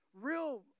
real